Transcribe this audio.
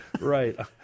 Right